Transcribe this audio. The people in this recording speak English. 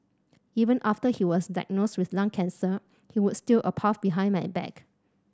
even after he was diagnosed with lung cancer he would steal a puff behind my back